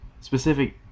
specific